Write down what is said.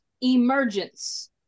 Emergence